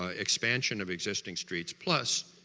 ah expansion of existing streets plus,